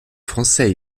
français